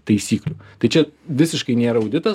taisyklių tai čia visiškai nėra auditas